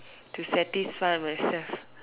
to satisfy myself